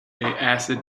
acid